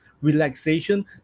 relaxation